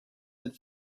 had